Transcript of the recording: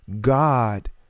God